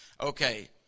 Okay